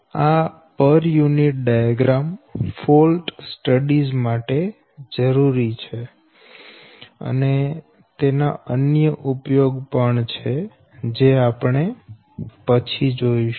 આ પર unit diagram fault studies માટે જરૂરી છે અને તેના અન્ય ઉપયોગ પણ છે જે આપણે પછી જોઈશું